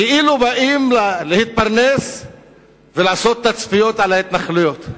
כאילו באים להתפרנס ולעשות תצפיות על ההתנחלויות.